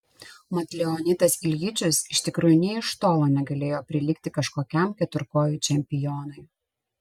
mat leonidas iljičius iš tikrųjų nė iš tolo negalėjo prilygti kažkokiam keturkojui čempionui